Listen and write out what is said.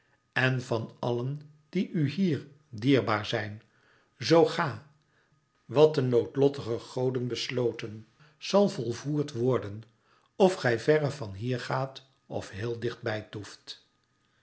en van allen die u hier dierbaar zijn zoo ga wat de noodlottige goden besloten zal volvoerd worden of gij verre van hier gaat of heel dicht bij toeft